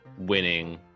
winning